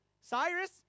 Cyrus